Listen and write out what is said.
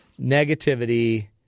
negativity